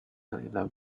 eleventh